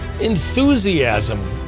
enthusiasm